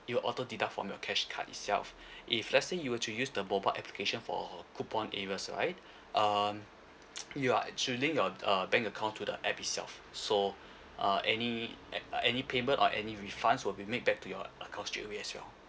it will auto deduct from your cash card itself if let say you were to use the mobile application for coupon areas right um you are actually link your uh bank account to the app itself so uh any uh any payment or any refunds will be make back to your account straight away as well